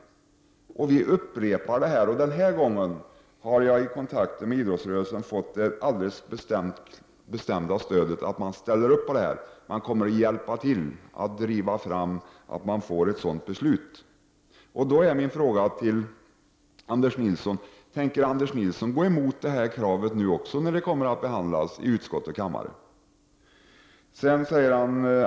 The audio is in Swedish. Vi upprepar det. Denna gång har jag, vid kontakter med idrottsrörelsen, fått det bestämda beskedet att man ställer upp på detta. Idrottsrörelsen kommer att hjälpa till att driva fram ett sådant beslut. Min fråga till Anders Nilsson är då: Tänker Anders Nilsson gå emot detta krav nu också, när det behandlas i utskott och kammare?